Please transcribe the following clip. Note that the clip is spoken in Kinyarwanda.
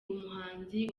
umuhanzi